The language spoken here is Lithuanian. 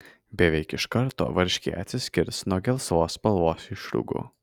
beveik iš karto varškė atsiskirs nuo gelsvos spalvos išrūgų